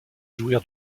jouir